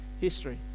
history